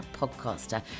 podcaster